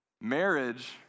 Marriage